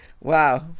Wow